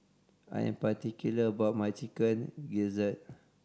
I am particular about my Chicken Gizzard